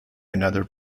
another